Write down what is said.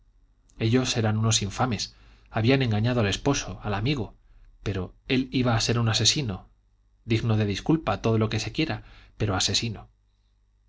ellos eran unos infames habían engañado al esposo al amigo pero él iba a ser un asesino digno de disculpa todo lo que se quiera pero asesino